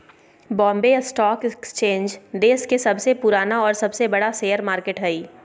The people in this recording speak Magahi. बॉम्बे स्टॉक एक्सचेंज देश के सबसे पुराना और सबसे बड़ा शेयर मार्केट हइ